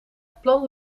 plan